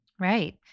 Right